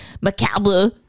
macabre